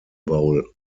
bowl